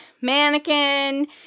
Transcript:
Mannequin